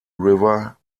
river